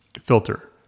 filter